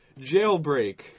Jailbreak